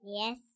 Yes